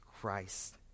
Christ